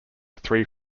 three